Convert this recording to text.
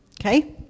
Okay